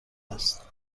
است